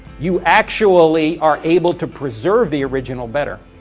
you actually are able to preserve the original better.